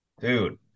Dude